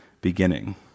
beginning